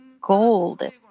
gold